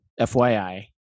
FYI